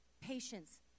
Patience